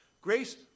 Grace